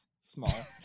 Small